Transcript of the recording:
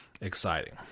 exciting